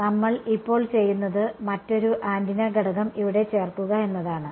അതിനാൽ നമ്മൾ ഇപ്പോൾ ചെയ്യുന്നത് മറ്റൊരു ആന്റിന ഘടകം ഇവിടെ ചേർക്കുക എന്നതാണ്